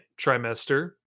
trimester